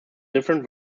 different